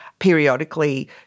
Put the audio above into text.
Periodically